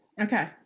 Okay